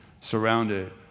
surrounded